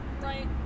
Right